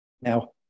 Now